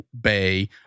bay